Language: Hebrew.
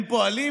הם פועלים